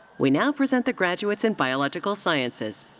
we now present the graduates in biological sciences.